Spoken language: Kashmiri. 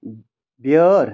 بیٲر